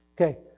Okay